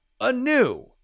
anew